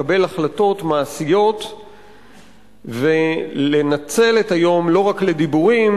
לקבל החלטות מעשיות ולנצל את היום לא רק לדיבורים,